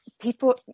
People